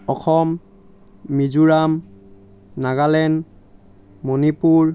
Assam Mizoram Nagaland Manipur